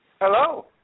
Hello